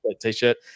t-shirt